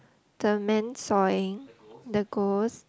the man sawing the ghost